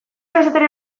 kazetari